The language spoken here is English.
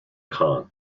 kant